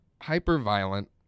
hyper-violent